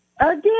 Again